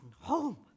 home